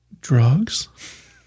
drugs